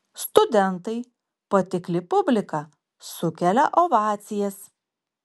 studentai patikli publika sukelia ovacijas